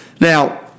Now